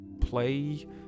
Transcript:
play